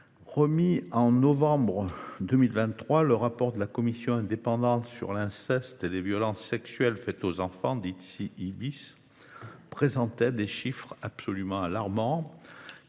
Publié en novembre 2023, le rapport de la Commission indépendante sur l’inceste et les violences sexuelles faites aux enfants présentait des chiffres absolument alarmants.